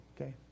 Okay